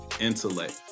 intellect